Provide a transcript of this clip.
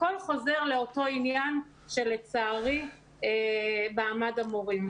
הכול חוזר לאותו עניין שהוא לצערי מעמד המורים.